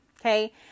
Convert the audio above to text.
okay